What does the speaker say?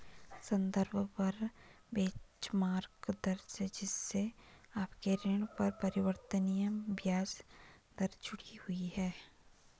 संदर्भ दर बेंचमार्क दर है जिससे आपके ऋण पर परिवर्तनीय ब्याज दर जुड़ी हुई है